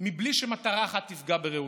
בלי שמטרה אחת תפגע ברעותה,